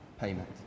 payment